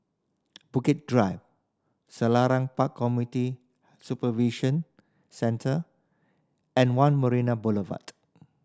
Bukit Drive Selarang Park Community Supervision Centre and One Marina Boulevard